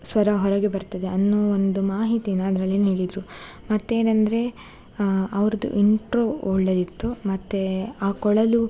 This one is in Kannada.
ಸ್ವರ ಹೊರಗೆ ಬರ್ತದೆ ಅನ್ನೋ ಒಂದು ಮಾಹಿತಿನ ಅದರಲ್ಲಿ ನೀಡಿದ್ದರು ಮತ್ತೇನೆಂದ್ರೆ ಅವ್ರದ್ದು ಇಂಟ್ರೋ ಒಳ್ಳೆಯದಿತ್ತು ಮತ್ತು ಆ ಕೊಳಲು